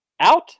out